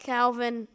Calvin